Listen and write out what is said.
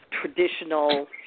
traditional